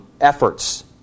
efforts